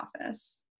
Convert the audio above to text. office